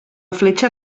fletxa